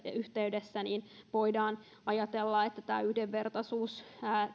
niin voidaan ajatella että yhdenvertaisuus